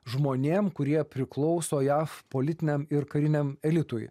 žmonėm kurie priklauso jav politiniam ir kariniam elitui